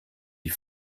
die